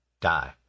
die